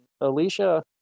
Alicia